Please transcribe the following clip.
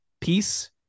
peace